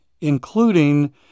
including